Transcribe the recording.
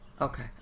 Okay